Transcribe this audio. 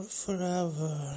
forever